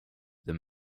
the